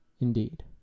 Indeed